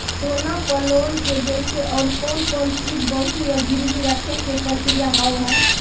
सोना पे लोन के जैसे और कौन कौन चीज बंकी या गिरवी रखे के प्रक्रिया हाव हाय?